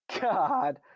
God